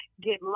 get